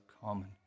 common